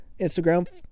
Instagram